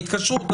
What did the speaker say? ההתקשרות,